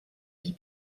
vie